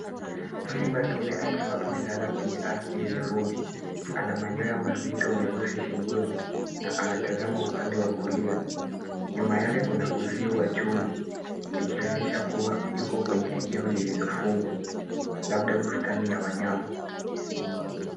Simba dume akiwa amelala kwenye ardhi yenye vumbi. Ana manyoya mazito meusi shingoni na anatazama upande wa kulia. Nyuma yake kuna uzio wa chuma ikionyesha kuwa Yuko kwenye eneo lililofungwa. Labda bustani ya wanyama.